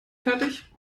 fertig